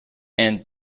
aunt